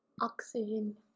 Oxygen